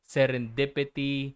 Serendipity